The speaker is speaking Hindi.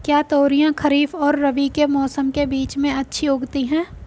क्या तोरियां खरीफ और रबी के मौसम के बीच में अच्छी उगती हैं?